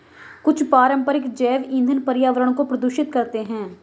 कुछ पारंपरिक जैव ईंधन पर्यावरण को प्रदूषित करते हैं